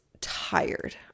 tired